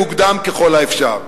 מוקדם ככל האפשר.